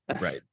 right